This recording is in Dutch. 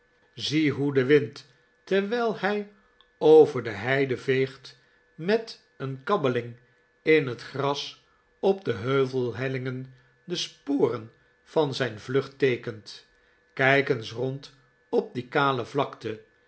zie hoe de wind terwijl hij over de heide veegt met een kabbeling in het gras op de heuvelhellingen de sporen van zijn vlucht teekent kijk eens rond op die kale vlakte